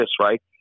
right